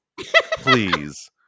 please